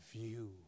view